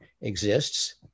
exists